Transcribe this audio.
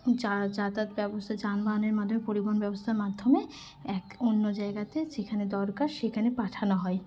যাতায়াত ব্যবস্থা যানবাহনের মাধ্যমে পরিবহন ব্যবস্থার মাধ্যমে এক অন্য জায়গাতে যেখানে দরকার সেখানে পাঠানো হয়